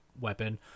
weapon